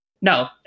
no